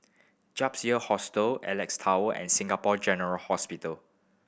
Year Hostel Alex Tower and Singapore General Hospital